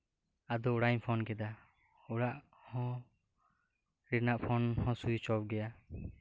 ᱟᱫᱚ ᱚᱲᱟᱜ ᱤᱧ ᱯᱷᱳᱱ ᱠᱮᱫᱟ ᱚᱲᱟᱜ ᱦᱚᱸ ᱨᱮᱭᱟᱜ ᱯᱷᱳᱱ ᱦᱚᱸ ᱥᱩᱭᱤᱪ ᱚᱯᱷᱜᱮᱭᱟ